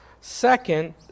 Second